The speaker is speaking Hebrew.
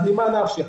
אז ממה נפשך?